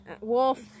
wolf